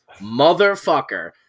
motherfucker